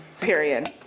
period